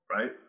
right